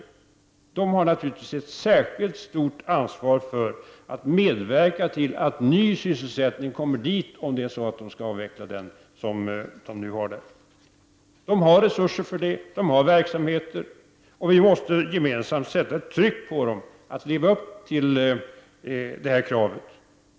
Företaget har naturligtvis ett särskilt stort ansvar för att medverka till att andra sysselsättningstillfällen kommer till orten, om företaget skall avveckla den verksamhet som nu är förlagd till Ljungaverk. Företaget har resurser för detta och det bedriver olika verksamheter. Vi måste gemensamt sätta tryck på företaget att leva upp till detta krav.